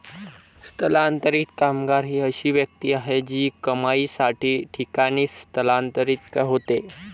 स्थलांतरित कामगार ही अशी व्यक्ती आहे जी कमाईसाठी ठिकाणी स्थलांतरित होते